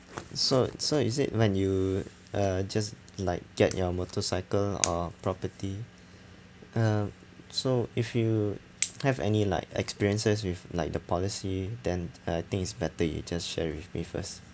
so so is it when you uh just like get your motorcycle or property uh so if you have any like experiences with like the policy then uh I think it's better you just share with me first